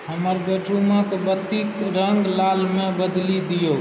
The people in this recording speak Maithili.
हमर बेडरूम क बत्तीक रङ्ग लालमे बदलि दियौ